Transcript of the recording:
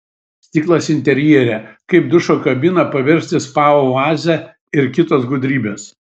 stiklas interjere kaip dušo kabiną paversti spa oaze ir kitos gudrybės